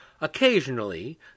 Occasionally